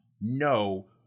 No